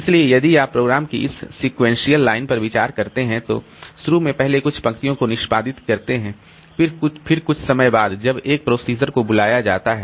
इसलिए यदि आप प्रोग्राम की इस सीक्वेंशियल लाइनों पर विचार करते हैं तो शुरू में पहले कुछ पंक्तियों को निष्पादित करते हैं फिर कुछ समय बाद जब एक प्रोसीजर को बुलाया जाता है